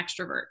extrovert